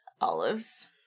olives